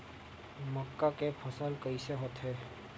मक्का के फसल कइसे होथे?